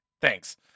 Thanks